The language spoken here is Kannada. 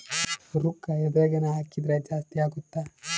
ರೂಕ್ಕ ಎದ್ರಗನ ಹಾಕಿದ್ರ ಜಾಸ್ತಿ ಅಗುತ್ತ